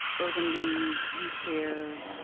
urban league, youth care,